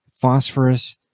phosphorus